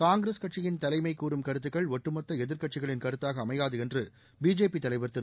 காங்கிரஸ் கட்சியின் தலைமை கூறும் கருத்துக்கள் ஒட்டுமொத்த எதிர்க்கட்சிகளின் கருத்தாக அமையாது என்று பிஜேபி தலைவர் திரு